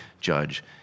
judge